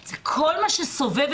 זה כל מה שסובב,